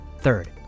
Third